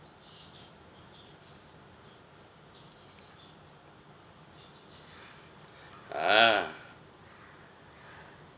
ah